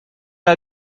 are